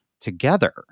together